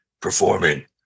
performing